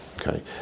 Okay